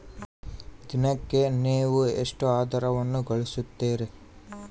ದಿನಕ್ಕೆ ನೇವು ಎಷ್ಟು ಆದಾಯವನ್ನು ಗಳಿಸುತ್ತೇರಿ?